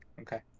okay